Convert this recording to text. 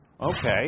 Okay